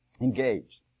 engaged